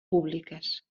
públiques